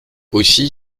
aussi